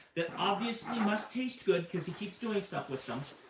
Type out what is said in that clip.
that obviously must taste good, because he keeps doing stuff with them.